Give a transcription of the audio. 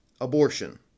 abortion